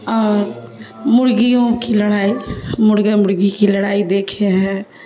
اور مرغیوں کی لڑائی مرغے مرغی کی لڑائی دیکھے ہیں